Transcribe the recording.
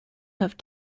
have